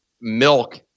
milk